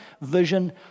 vision